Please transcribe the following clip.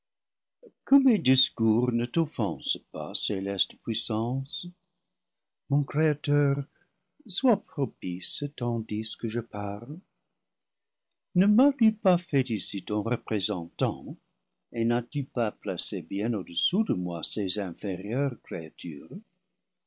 que mes discours ne t'offensent pas céleste puissance mon créateur sois propice tandis que je parle ne m'as-tu pas pas fait ici ton représentant et n'as-tu pas placé bien au dessous de moi ces inférieures créatures